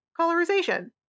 colorization